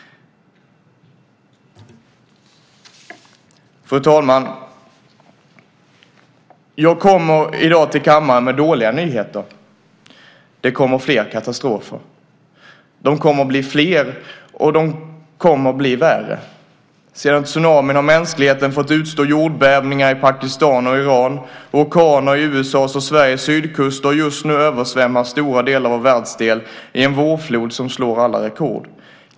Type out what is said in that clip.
Fru talman! Jag kommer i dag till kammaren med dåliga nyheter. Det kommer fler katastrofer. De kommer att bli fler, och de kommer att bli värre. Sedan tsunamin har mänskligheten fått utstå jordbävningar i Pakistan och Iran och orkaner vid USA:s och Sveriges sydkuster. Just nu översvämmas stora delar av vår världsdel i en vårflod som slår alla rekord.